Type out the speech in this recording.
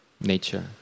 nature